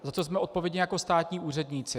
Za co jsme odpovědní jako státní úředníci.